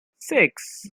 six